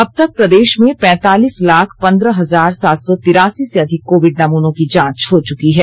अब तक प्रदेश में पैंतालीस लाख पन्द्रह हजार सात सौ तिरासी से अधिक कोविड नमूनों की जांच हो चुकी है